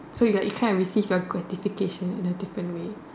so you it kinda receive your gratification in a different way